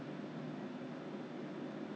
要自己还 leh so 谁敢去